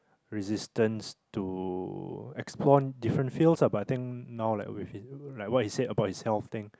resistance to explore different fields lah but I think now like with in what he said about his health thing